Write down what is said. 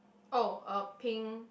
oh a pink